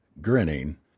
grinning